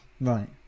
Right